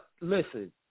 listen